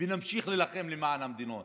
ונמשיך להילחם למען המדינה הזאת,